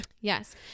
Yes